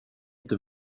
inte